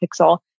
pixel